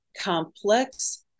complex